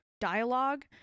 dialogue